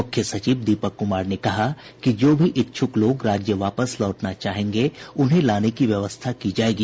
मुख्य सचिव दीपक कुमार ने कहा कि जो भी इच्छुक लोग राज्य वापस लौटना चाहेंगे उन्हें लाने की व्यवस्था की जायेगी